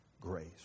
grace